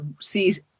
sees